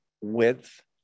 width